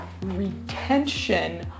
retention